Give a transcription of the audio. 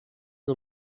que